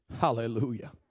Hallelujah